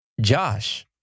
Josh